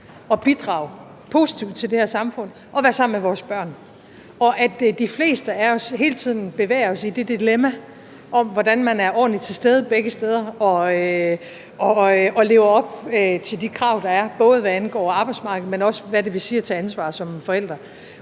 og bidrage positivt til det her samfund og være sammen med vores børn, og at de fleste af os hele tiden bevæger sig i det dilemma om, hvordan man er ordentligt til stede begge steder og lever op til de krav, der er, både hvad angår arbejdsmarkedet, men også hvad det vil sige at tage ansvar som forældre,